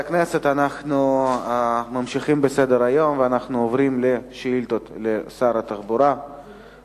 מי שמצביע נגד, הוא מצביע על הסרת הנושא